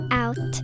out